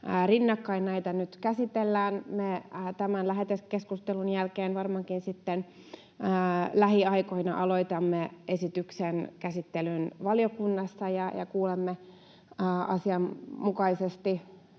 rinnakkain näitä nyt käsitellään. Me tämän lähetekeskustelun jälkeen, varmaankin sitten lähiaikoina, aloitamme esityksen käsittelyn valiokunnassa ja kuulemme asianmukaisesti